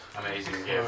amazing